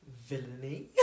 villainy